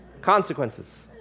Consequences